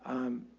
um,